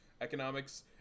economics